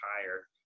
higher